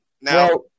Now